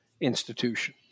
institution